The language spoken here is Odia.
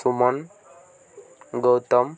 ସୁମନ୍ ଗୌତମ